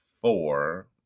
four